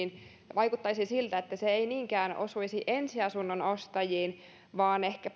vaikuttaisi siltä että se ei niinkään osuisi ensiasunnon ostajiin vaan ehkäpä enemmänkin